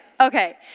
okay